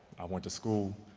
went to school,